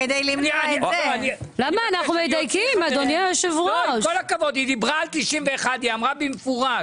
עם כל הכבוד, היא דיברה על 1991. היא אמרה במפורש.